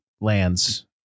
lands